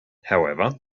however